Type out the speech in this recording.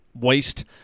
waste